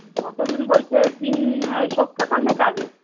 কতদিন বলছে তিন সপ্তাখানেক আগে